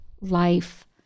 life